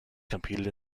competed